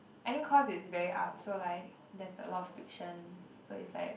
I think cause it's very up so like there's a lot of friction so it's like